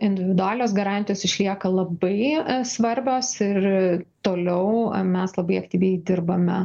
individualios garantijos išlieka labai svarbios ir toliau mes labai aktyviai dirbame